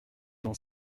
dans